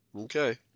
Okay